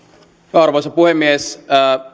arvoisa puhemies